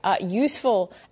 useful